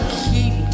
keep